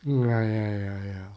hmm ya ya ya ya